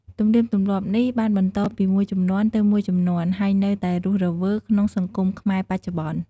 ទំនៀមទម្លាប់នេះបានបន្តពីមួយជំនាន់ទៅមួយជំនាន់ ហើយនៅតែរស់រវើកក្នុងសង្គមខ្មែរបច្ចុប្បន្ន។